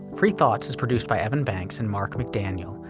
free thoughts is produced by evan banks and mark mcdaniel,